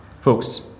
Folks